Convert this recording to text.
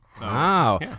Wow